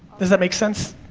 does that make sense?